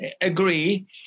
agree